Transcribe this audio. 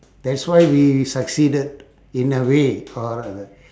that's why we succeeded in a way or rather